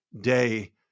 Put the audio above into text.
day